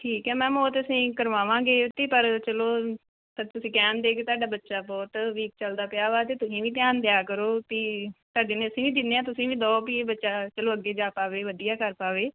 ਠੀਕ ਹੈ ਮੈਮ ਉਹ ਤਾਂ ਅਸੀਂ ਕਰਾਵਾਂਗੇ ਉਹ ਅਤੇ ਪਰ ਚੱਲੋ ਪਰ ਤੁਸੀਂ ਕਹਿਣਦੇ ਕਿ ਤੁਹਾਡਾ ਬੱਚਾ ਬਹੁਤ ਵੀਕ ਚੱਲਦਾ ਪਿਆ ਵਾ ਅਤੇ ਤੁਸੀਂ ਵੀ ਧਿਆਨ ਦਿਆ ਕਰੋ ਵੀ ਅਸੀਂ ਵੀ ਦਿੰਦੇ ਹਾਂ ਤੁਸੀਂ ਵੀ ਦਿਓ ਵੀ ਇਹ ਬੱਚਾ ਚਲੋ ਅੱਗੇ ਜਾ ਪਾਵੇ ਵਧੀਆ ਕਰ ਪਾਵੇ